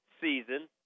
season